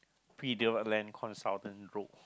pre development land called a Southern Rope